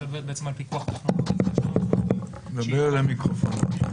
כפי שכלל חברי הוועדה מכירים.